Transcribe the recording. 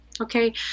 okay